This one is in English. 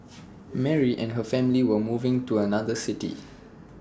Mary and her family were moving to another city